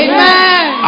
Amen